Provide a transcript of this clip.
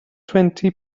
twenty